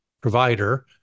provider